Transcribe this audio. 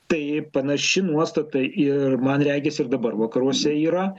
tai panaši nuostata ir man regis ir dabar vakaruose yra